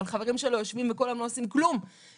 אבל חברים שלו יושבים ולא עושים כלום כל היום.